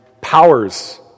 powers